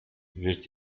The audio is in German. wird